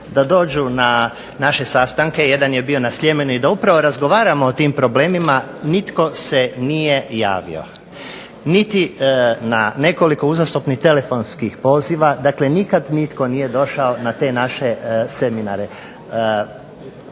da dođu na naše sastanke, jedan je bio na Sljemenu, i da upravo razgovaramo o tim problemima nitko se nije javio. Niti na nekoliko uzastopnih telefonskih poziva. Dakle, nikad nitko nije došao na te naše seminare.